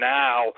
now